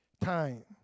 time